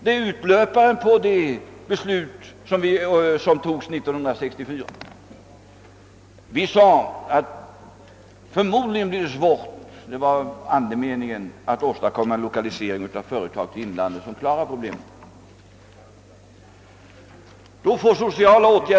Det är utlöparen på de beslut som fattades 1964.